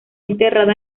enterrada